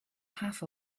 half